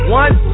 one